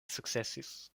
sukcesis